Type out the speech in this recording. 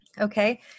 Okay